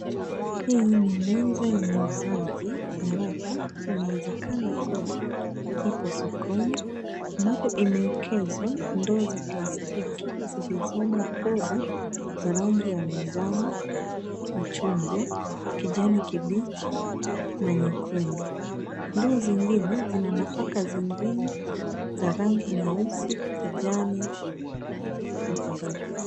Hii ni meza ya mauzaji ambapo, panawezekana kuwa ipo sokoni, ambapo imeekezwa ndoo za plastiki zilizomo poda za rangi ya manjano, machungwa, kijani kibichi, na nyekundu. Ndoo zingine zina nafaka zingine, za rangi nyeusi, kijani na kadhalika.